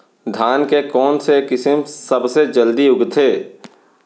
धान के कोन से किसम सबसे जलदी उगथे?